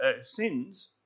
sins